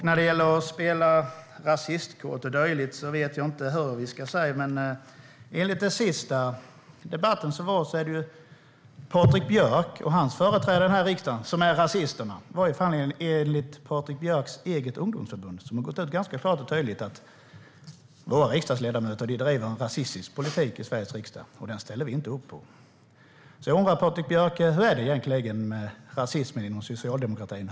När det gäller att spela ut rasistkort och dylikt vill jag säga att det är Patrik Björck och hans partis företrädare i den här riksdagen som är rasisterna, i varje fall enligt Patrik Björcks partis eget ungdomsförbund. De har gått ut och sagt klart och tydligt att deras riksdagsledamöter driver en rasistisk politik i Sveriges riksdag som de inte ställer upp på. Hur är det egentligen, Patrik Björck, med rasismen inom socialdemokratin?